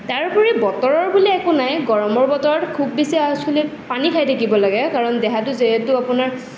তাৰোপৰি বতৰৰ বুলি একো নাই গৰমৰ বতৰত খুব বেছি একচুয়েলি পানী খায় থাকিব লাগে কাৰণ দেহাটো যিহেতু আপোনাৰ